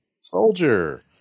Soldier